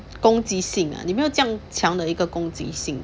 攻击性啊你没有这样强的一个攻击性